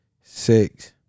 six